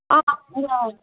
ஆ ஆ நீங்கள்